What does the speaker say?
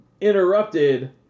interrupted